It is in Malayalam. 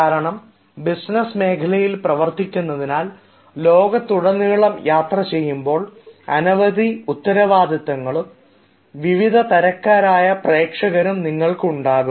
കാരണം ബിസിനസ് മേഖലയിൽ പ്രവർത്തിക്കുന്നതിനാൽ ലോകത്തുടനീളം യാത്ര ചെയ്യുമ്പോൾ അനവധി ഉത്തരവാദിത്വങ്ങളും വിവിധ തരക്കാരായ പ്രേക്ഷകരും നിങ്ങൾക്ക് ഉണ്ടാകും